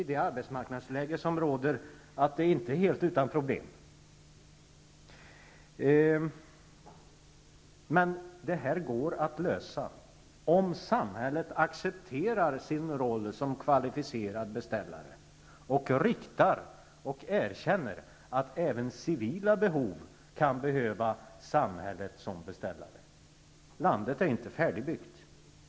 I det arbetsmarknadsläge som råder är detta naturligtvis inte helt utan problem, men de går att lösa om samhället accepterar sin roll som kvalificerad beställare och erkänner att den kan vara tillämplig även beträffande civila behov. Landet är inte färdigbyggt.